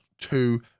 two